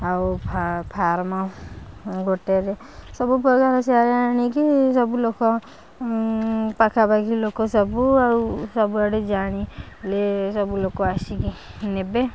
ଆଉ ଫାର୍ମ ଗୋଟେରେ ସବୁ ନେଇକି ସବୁ ଲୋକ ପାଖାପାଖି ଲୋକ ସବୁ ଆଉ ସବୁଆଡ଼େ ଜାଣିଲେ ସବୁଲୋକ ଆସିକି ନେବେ